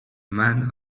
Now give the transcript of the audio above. man